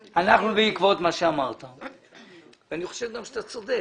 שאמרת ואני גם חושב שאתה צודק.